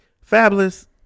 Fabulous